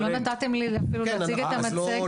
לא נתתם לי אפילו להציג את המצגת.